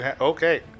Okay